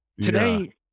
Today